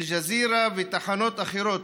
אל-ג'זירה ותחנות אחרות,